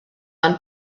ond